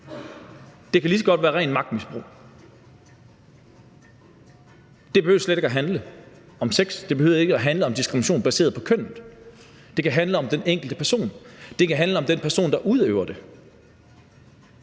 Det kan lige så godt være rent magtmisbrug. Det behøver slet ikke at handle om sex, det behøver ikke at handle om diskrimination baseret på kønnet. Det kan handle om den enkelte person, det kan handle om den person, der udøver det.